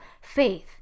faith